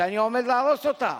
שאני עומד להרוס אותה.